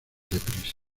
deprisa